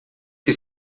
que